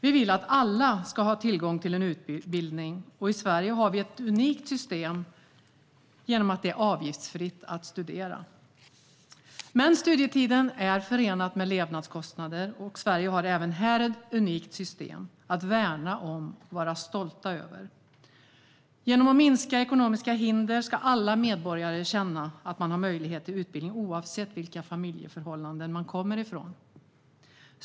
Vi vill att alla ska ha tillgång till utbildning, och i Sverige har vi ett unikt system genom att det är avgiftsfritt att studera. Men studietiden är förenad med levnadskostnader, och Sverige har även här ett unikt system att värna om och vara stolt över. Genom minskade ekonomiska hinder ska alla medborgare känna att de har möjlighet till utbildning, oavsett vilka familjeförhållanden de kommer ifrån.